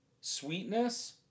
sweetness